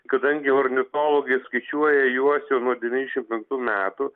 kadangi ornitologai skaičiuoja juos jau nuo devyniasdešimt penktų metų